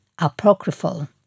Apocryphal